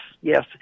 Yes